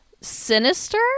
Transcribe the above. sinister